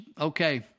Okay